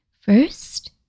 First